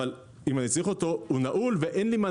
אבל אם אני צריך אותו הוא נעול,